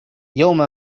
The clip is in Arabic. يوم